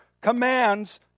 commands